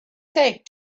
take